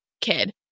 kid